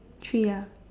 three ah